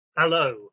Hello